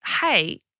hey